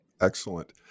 Excellent